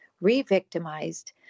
re-victimized